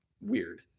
weird